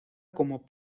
como